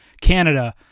Canada